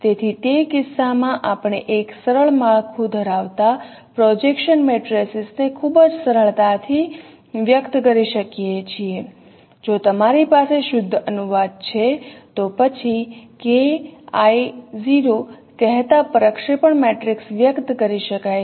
તેથી તે કિસ્સામાં આપણે એક સરળ માળખું ધરાવતા પ્રોજેક્શન મેટ્રિસીસ ને ખૂબ જ સરળતાથી વ્યક્ત કરી શકીએ છીએ જો તમારી પાસે શુદ્ધ અનુવાદ છે તો પછી K I | 0 કહેતા પ્રક્ષેપણ મેટ્રિસીસ વ્યક્ત કરી શકાય છે